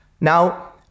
Now